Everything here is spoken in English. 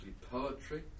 poetry